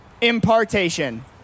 impartation